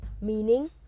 meaning